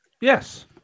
Yes